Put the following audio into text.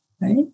right